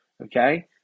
okay